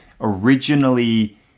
originally